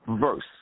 verse